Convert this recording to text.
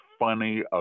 funny